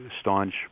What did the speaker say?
staunch